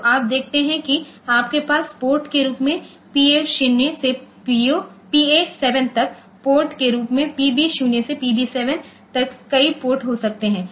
तो आप देखते हैं कि आपके पास पोर्ट के रूप में पीए 0 से पीए 7 तक पोर्ट के रूप में पीबी 0 से पीबी 7 तक कई पोर्ट हो सकते हैं